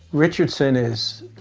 richardson is